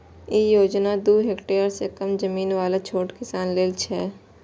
ई योजना दू हेक्टेअर सं कम जमीन बला छोट किसान लेल छै